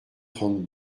trente